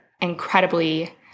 incredibly